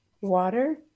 water